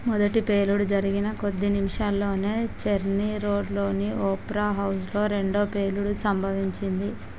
మొదటి పేలుడు జరిగిన కొద్ది నిమిషాల్లోనే చర్ని రోడ్లోని ఓపెరా హౌస్లో రెండో పేలుడు సంభవించింది